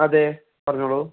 അതേ പറഞ്ഞോളു